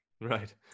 right